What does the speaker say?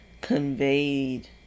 conveyed